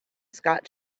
scott